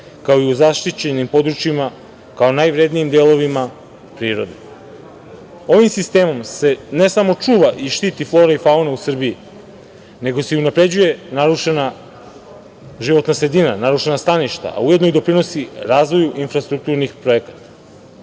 kao i u zaštićenim područjima kao najvrednijim delovima prirode. Ovim sistemom se ne samo čuva i štiti flora i fauna u Srbiji, nego se i unapređuje narušena životna sredina, narušena staništa, a ujedno i doprinosi razvoju infrastrukturnih projekata. Ono